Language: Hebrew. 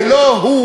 ולא הוא,